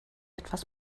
etwas